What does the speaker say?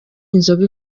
inzoga